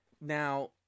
Now